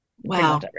Wow